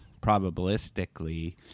probabilistically